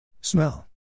Smell